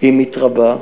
היא מתרבה,